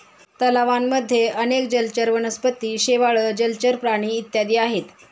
तलावांमध्ये अनेक जलचर वनस्पती, शेवाळ, जलचर प्राणी इत्यादी आहेत